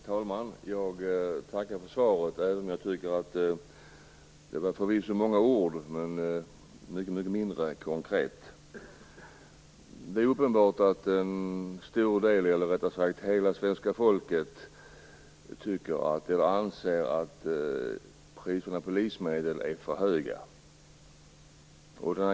Herr talman! Jag tackar för svaret. Det var många ord förvisso, men det var mycket mindre konkret. Det är uppenbart att svenska folket anser att priserna på livsmedel är för höga.